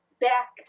back